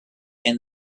and